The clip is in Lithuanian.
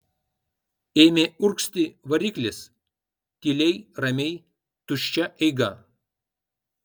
ėmė urgzti variklis tyliai ramiai tuščia eiga